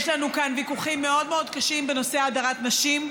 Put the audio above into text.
יש לנו כאן ויכוחים מאוד מאוד קשים בנושא הדרת נשים.